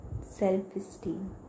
self-esteem